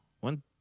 One-